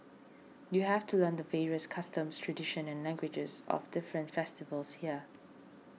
you have to learn the various customs tradition and languages of different festivals here